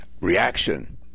Reaction